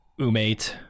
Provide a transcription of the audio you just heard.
Umate